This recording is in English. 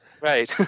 right